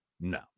No